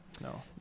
no